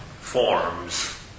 forms